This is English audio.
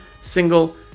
single